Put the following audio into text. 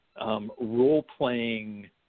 role-playing